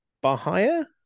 Bahia